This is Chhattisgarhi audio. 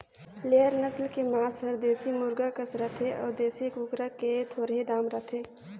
लेयर नसल के मांस हर देसी मुरगा कस रथे अउ देसी कुकरा ले थोरहें दाम रहथे